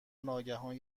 ناگهان